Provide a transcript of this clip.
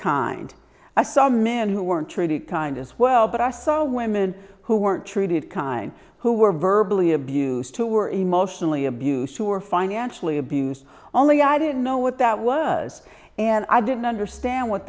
kind i saw men who weren't treated kind as well but i saw women who were treated kind who were verbal abuse too were emotionally abused sure financially abused only i didn't know what that was and i didn't understand what